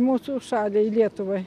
mūsų šaliai lietuvai